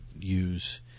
use